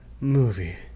movie